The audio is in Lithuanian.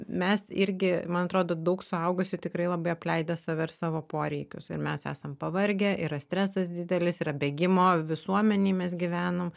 mes irgi man atrodo daug suaugusių tikrai labai apleidę save ir savo poreikius ir mes esam pavargę yra stresas didelis yra bėgimo visuomenėj mes gyvenam